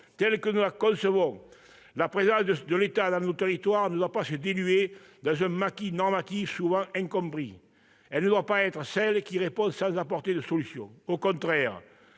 Telle que nous la concevons, la présence de l'État dans nos territoires ne doit pas se diluer dans un maquis normatif souvent incompris. L'État ne doit pas être celui qui répond sans apporter de solutions. Au contraire,